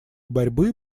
борьбы